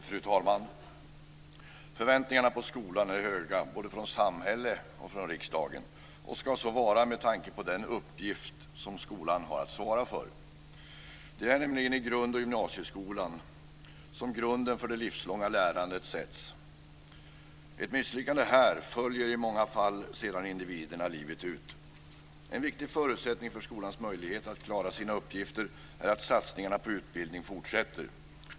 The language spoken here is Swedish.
Fru talman! Förväntningarna på skolan är höga både från samhället och från riksdagen och ska så vara med tanke på den uppgift som skolan har att svara för. Det är nämligen i grund och gymnasieskolan som grunden för det livslånga lärandet läggs. Ett misslyckande här följer i många fall sedan individerna livet ut. En viktig förutsättning för att skolan ska ha möjligheter att klara sina uppgifter är att satsningarna på utbildning fortsätter.